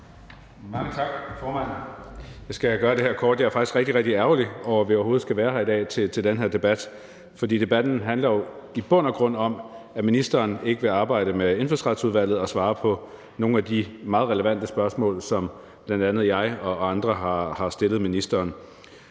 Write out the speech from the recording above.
Mange tak, formand. Jeg skal gøre det helt kort. Jeg er faktisk rigtig ærgerlig over, at vi overhovedet skal være her i dag til den her debat, fordi debatten jo i bund og grund handler om, at ministeren ikke vil arbejde med Indfødsretsudvalget og svare på nogle af de meget relevante spørgsmål, som bl.a. jeg og andre har stillet ministeren